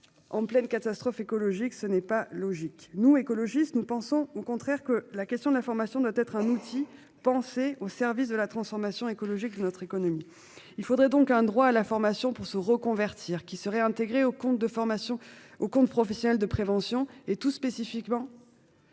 En pleine catastrophe écologique. Ce n'est pas logique nous écologistes, nous pensons au contraire que la question de l'information doit être un outil pensé au service de la transformation écologique de notre économie. Il faudrait donc un droit à la formation pour se reconvertir qui seraient intégrés au compte de formation au compte professionnel de prévention et tout spécifiquement.--